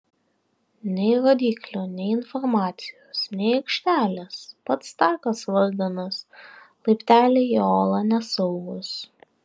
nei rodyklių nei informacijos nei aikštelės pats takas varganas laipteliai į olą nesaugūs